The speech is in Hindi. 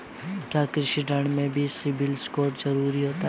क्या कृषि ऋण में भी सिबिल स्कोर जरूरी होता है?